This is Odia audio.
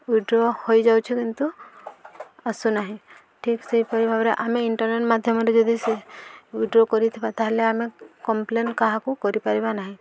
ୱିଡ୍ର ହୋଇଯାଉଛି କିନ୍ତୁ ଆସୁନାହିଁ ଠିକ୍ ସେହିପରି ଭାବରେ ଆମେ ଇଣ୍ଟର୍ନେଟ୍ ମାଧ୍ୟମରେ ଯଦି ସେ ୱିଡ୍ର କରିଥିବା ତାହେଲେ ଆମେ କମ୍ପ୍ଲେନ୍ କାହାକୁ କରିପାରିବା ନାହିଁ